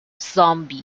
zombie